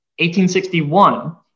1861